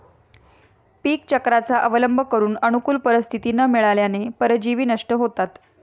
पीकचक्राचा अवलंब करून अनुकूल परिस्थिती न मिळाल्याने परजीवी नष्ट होतात